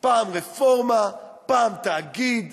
פעם רפורמה, פעם תאגיד,